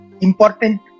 important